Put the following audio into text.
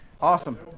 Awesome